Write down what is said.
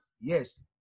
Yes